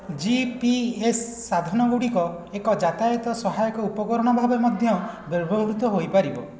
GPS ସାଧନ ଗୁଡ଼ିକ ଏକ ଯାତାୟାତ ସହାୟକ ଉପକରଣ ଭାବରେ ମଧ୍ୟ ବ୍ୟବହୃତ ହୋଇପାରିବ